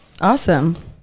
Awesome